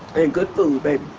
and good food, baby.